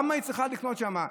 למה היא צריכה לקנות שם?